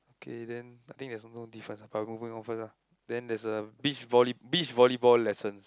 K then I think there's no difference but moving on first lah then there's a beach volley~ beach volleyball lessons